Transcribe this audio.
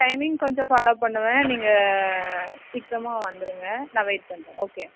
timing கொஞ்சம் follow பண்ணுவேன் நீங்கள் சீக்கிரமாக வந்துடுங்க நான் வெயிட் பண்ணுறேன் ஓகே